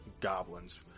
goblins